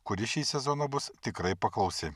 kuri šį sezoną bus tikrai paklausi